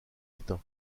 état